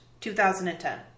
2010